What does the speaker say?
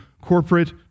corporate